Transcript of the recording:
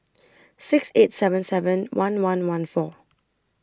six eight seven seven one one one four